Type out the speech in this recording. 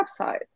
website